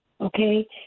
Okay